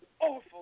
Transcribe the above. awful